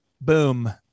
boom